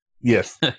Yes